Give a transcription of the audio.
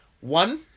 One